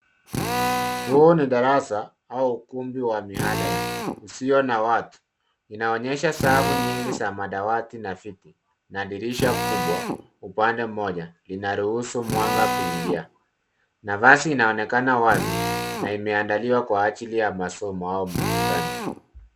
Hii ni darasa au ukumbi wa mihadara usio na watu ,inaonyesha safu nyingi za madawati na viti na dirisha kubwa upande mmoja ,inaruhusu mwanga kuingia. Nafasi inaonekana wazi na imeandaliwa kwa ajili ya masomo au mkutano.